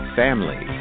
family